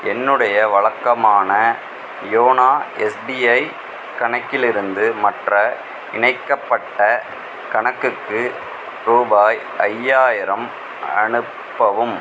என்னுடைய வழக்கமான YONO SBI கணக்கில் இருந்து மற்ற இணைக்கப்பட்ட கணக்குக்கு ரூபாய் ஐயாயிரம் அனுப்பவும்